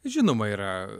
žinoma yra